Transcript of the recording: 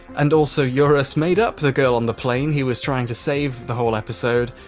and also eurus made up the girl on the plane, he was trying to save the whole episode,